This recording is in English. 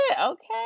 okay